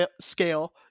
scale